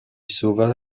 sauva